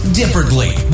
differently